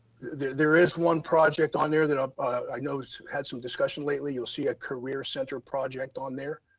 there there is one project on there that i know so had some discussion lately. you'll see a career center project on there.